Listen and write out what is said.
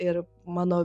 ir mano